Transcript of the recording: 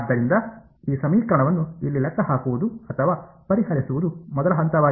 ಆದ್ದರಿಂದ ಈ ಸಮೀಕರಣವನ್ನು ಇಲ್ಲಿ ಲೆಕ್ಕಹಾಕುವುದು ಅಥವಾ ಪರಿಹರಿಸುವುದು ಮೊದಲ ಹಂತವಾಗಿದೆ